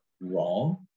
wrong